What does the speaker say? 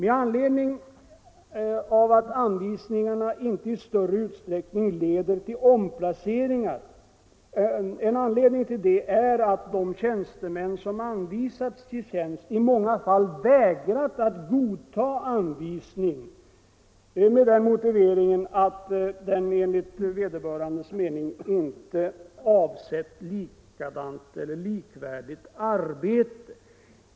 En anledning till att anvisningarna inte i större utsträckning leder till omplaceringar är att de tjänstemän som anvisas tjänst i många fall vägrar godta anvisning med den motiveringen att tjänsten enligt vederbörandes mening inte avser likvärdigt arbete.